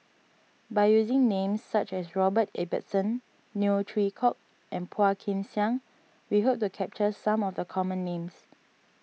by using names such as Robert Ibbetson Neo Chwee Kok and Phua Kin Siang we hope to capture some of the common names